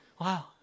Wow